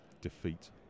defeat